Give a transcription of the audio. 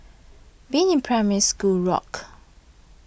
being in Primary School rocked